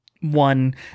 one